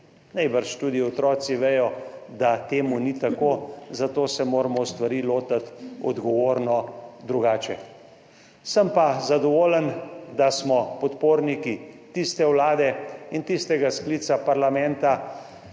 Najbrž tudi otroci vedo, da to ni tako, zato se moramo stvari lotiti odgovorno, drugače. Sem pa zadovoljen, da smo podporniki tiste vlade in tistega sklica parlamenta,